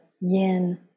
yin